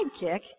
sidekick